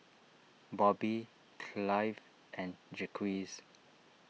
Bobby Clive and Jacquez